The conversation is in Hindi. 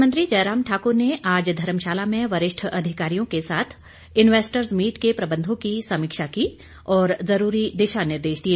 मुख्यमंत्री जयराम ठाकुर ने आज धर्मशाला में वरिष्ठ अधिकारियों के साथ इन्वेस्टर्स मीट के प्रबंधों की समीक्षा की और जरूरी दिशा निर्देश दिए